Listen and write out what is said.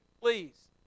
Please